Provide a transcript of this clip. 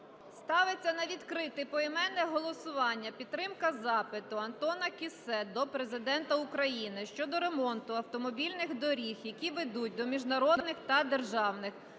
Ставиться на відкрите поіменне голосування підтримка запиту Антона Кіссе до Президента України щодо ремонту автомобільних доріг, які ведуть до міжнародних та державних